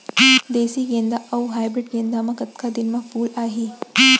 देसी गेंदा अऊ हाइब्रिड गेंदा म कतका दिन म फूल आही?